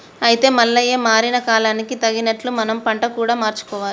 అయితే మల్లయ్య మారిన కాలానికి తగినట్లు మనం పంట కూడా మార్చుకోవాలి